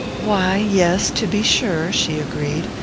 why, yes, to be sure, she agreed.